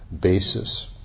basis